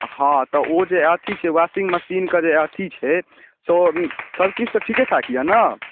हँ तऽ ओ जे अथी छै वॉशिंग मशीन के जे अथी छै से ओ सब किछु तऽ ठीके ठाक यऽ ने